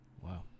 Wow